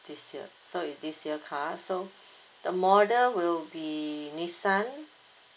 this year so is this year car so the model will be nissan